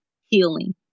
healing